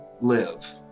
live